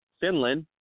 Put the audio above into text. Finland